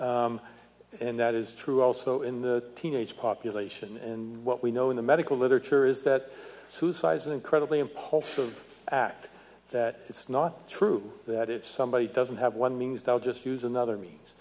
suicide and that is true also in the teenage population and what we know in the medical literature is that suicide is an incredibly impulsive act that it's not true that if somebody doesn't have one means they'll just use another me